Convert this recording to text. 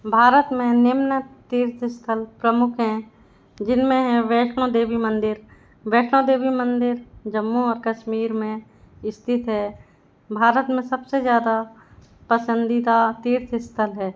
भारत में निम्न तीर्थस्थल प्रमुख हैं जिनमें है वैष्णो देवी मंदिर वैष्णो देवी मंदिर जम्मू और कश्मीर में स्थित है भारत में सबसे ज़्यादा पसंदीदा तीर्थस्थल है